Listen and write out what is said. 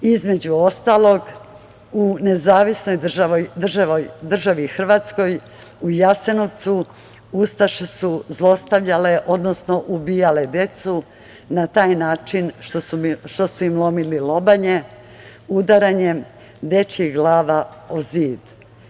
Između ostalog, u NDH u Jasenovcu ustaše su zlostavljale, odnosno ubijale decu na taj način što su im lomili lobanje udaranjem dečijih glava o zid.